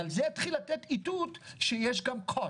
אבל זה יתחיל לתת איתות שיש גם cost.